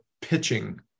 pitching